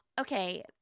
okay